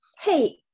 Hey